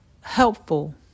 helpful